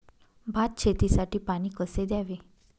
भात शेतीसाठी पाणी कसे द्यावे?